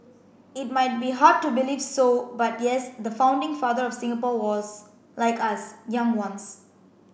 it might be hard to believe so but yes the founding father of Singapore was like us young once